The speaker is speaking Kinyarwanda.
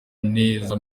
neza